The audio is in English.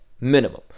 minimum